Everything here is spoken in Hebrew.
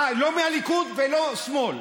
אה, לא מהליכוד ולא שמאל.